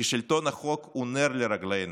כי שלטון החוק הוא נר לרגלינו,